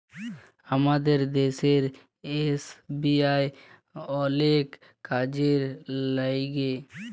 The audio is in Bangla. আমাদের দ্যাশের এস.বি.আই অলেক কাজে ল্যাইগে